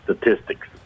statistics